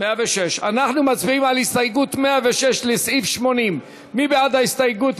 אנחנו מצביעים על הסתייגות 106 לסעיף 80. מי בעד ההסתייגות?